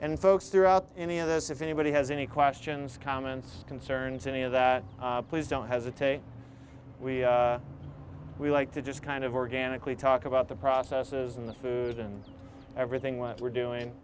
and folks throughout any of this if anybody has any questions comments concerns any of that please don't hesitate we we like to just kind of organically talk about the processes and the food and everything what we're doing